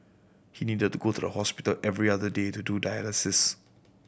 he needed to go to the hospital every other day to do dialysis